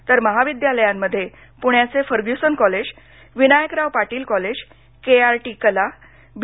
तर महाविद्यालयांमध्ये पुण्याचे Fergusson college Vinayakrao Patil college KRT कला बी